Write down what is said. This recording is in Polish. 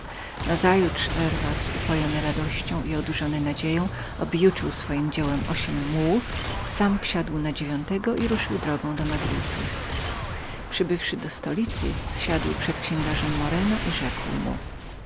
nazajutrz herwas uspokojony radością i nadzieją ośm mułów objuczył swojem dziełem sam wsiadł na dziewiątego i ruszył drogą do madrytu przybywszy do stolicy zsiadł przed księgarzem moreno i